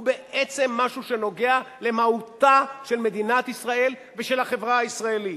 הוא בעצם משהו שנוגע במהותה של מדינת ישראל ושל החברה הישראלית.